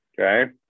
Okay